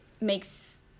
makes